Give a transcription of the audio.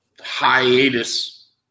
hiatus